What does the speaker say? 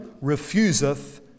refuseth